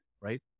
right